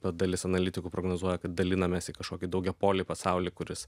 ta dalis analitikų prognozuoja kad dalinamės į kažkokį daugiapolį pasaulį kuris